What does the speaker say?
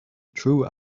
true